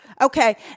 Okay